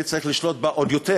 אני צריך לשלוט בה עוד יותר.